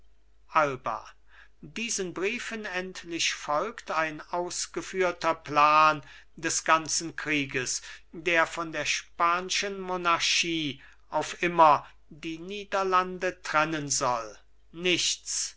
alba diesen briefen endlich folgt ein ausgeführter plan des ganzen krieges der von der span'schen monarchie auf immer die niederlande trennen soll nichts